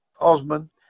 Osman